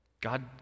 God